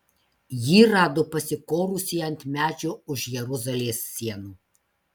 jį rado pasikorusį ant medžio už jeruzalės sienų